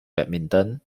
badminton